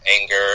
anger